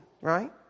right